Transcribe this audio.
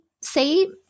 say